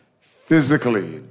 physically